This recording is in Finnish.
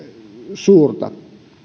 suurta